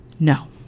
No